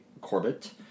Corbett